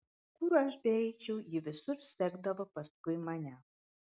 kur aš beeičiau ji visur sekdavo paskui mane